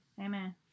Amen